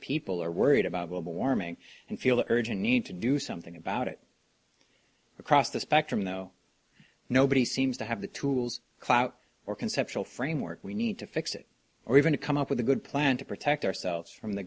people are worried about global warming and feel the urgent need to do something about it across the spectrum though nobody seems to have the tools clout or conceptual framework we need to fix it or even to come up with a good plan to protect ourselves from the